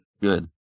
Good